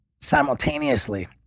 simultaneously